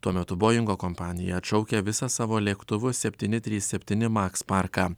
tuo metu boingo kompanija atšaukia visą savo lėktuvo septyni trys septyni maks parką